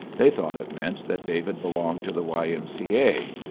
they thought it meant that david belonged to the y. m. c. a.